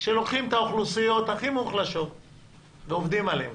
שלוקחים את האוכלוסיות הכי מוחלשות ועובדים עליהן.